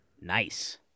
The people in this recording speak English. Nice